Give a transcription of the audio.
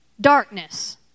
darkness